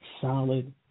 solid